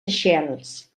seychelles